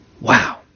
wow